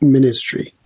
Ministry